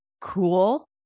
cool